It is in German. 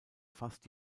fast